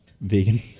vegan